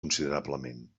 considerablement